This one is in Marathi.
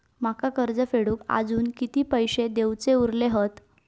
माका कर्ज फेडूक आजुन किती पैशे देऊचे उरले हत?